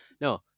No